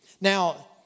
Now